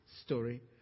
story